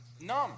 numb